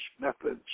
methods